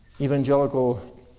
evangelical